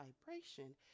vibration